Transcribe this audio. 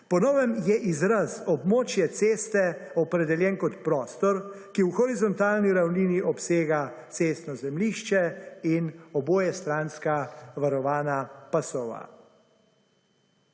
Po novem je izraz območje ceste opredeljen kot prostor, ki v horizontalni ravnini obsega cestno zemljišče in obojestranska varovana pasova.